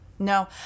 No